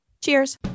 Cheers